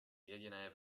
jediné